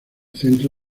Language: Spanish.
centro